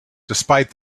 despite